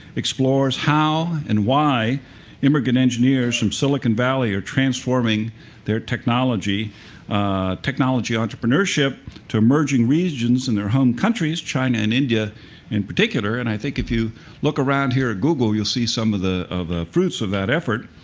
explores how and why immigrant engineers from silicon valley are transforming their technology technology entrepreneurship to emerging regions in their home countries, china and india in particular. and i think if you look around here at google, you'll see some of the of the fruits of that effort.